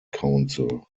council